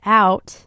out